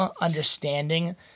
understanding